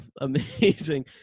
amazing